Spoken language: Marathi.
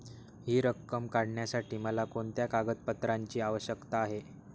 हि रक्कम काढण्यासाठी मला कोणत्या कागदपत्रांची आवश्यकता आहे?